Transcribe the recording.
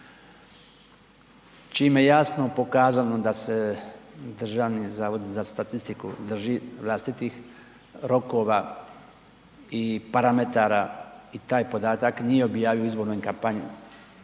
čime je jasno pokazano da se Državni zavod za statistiku drži vlastitih rokova i parametara i taj podatak nije objavio u izbornoj kampanji